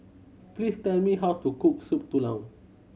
please tell me how to cook Soup Tulang